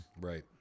Right